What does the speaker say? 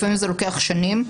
לפעמים זה לוקח שנים.